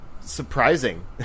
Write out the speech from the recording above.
surprising